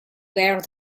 where